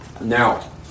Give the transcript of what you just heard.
Now